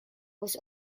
was